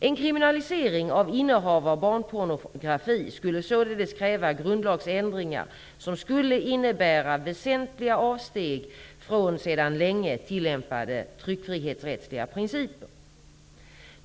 En kriminalisering av innehav av barnpornografi skulle således kräva grundlagsändringar som skulle innebära väsentliga avsteg från sedan länge tillämpade tryckfrihetsrättsliga principer.